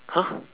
!huh!